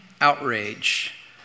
outrage